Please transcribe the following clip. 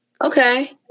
Okay